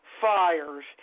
fires